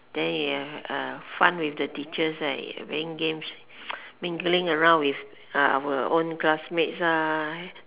then you have fun with the teachers and you playing games mingling around with our own classmates ah